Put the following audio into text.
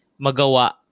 magawa